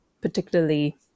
particularly